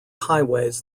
highways